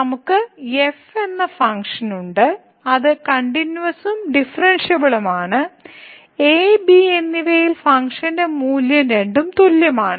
നമുക്ക് f എന്ന function ഉണ്ട് അത് കണ്ടിന്യൂവസും ഡിഫറെൻഷിയബിളുമാണ് a b എന്നിവയിലെ ഫംഗ്ഷൻ മൂല്യം രണ്ടും തുല്യമാണ്